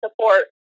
support